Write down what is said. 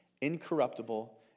incorruptible